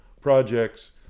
projects